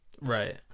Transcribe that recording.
Right